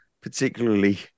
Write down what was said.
particularly